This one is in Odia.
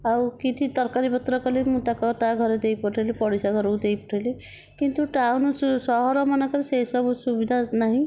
ଆଉ କିଛି ତରକାରୀ ପତ୍ର କଲେ ମୁଁ ତାକୁ ତା ଘରେ ଦେଇ ପଠେଇଲି ପଡ଼ିଶା ଘରକୁ ଦେଇପଠେଇଲି କିନ୍ତୁ ଟାଉନ ସହର ମାନଙ୍କରେ ସେହି ସବୁ ସୁବିଧା ନାହିଁ